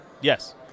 Yes